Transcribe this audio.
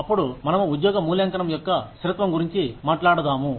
అప్పుడు మనము ఉద్యోగ మూల్యాంకనం యొక్క స్థిరత్వం గురించి మాట్లాడుదాము